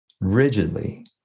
rigidly